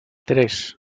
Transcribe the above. tres